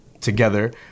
together